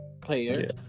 Player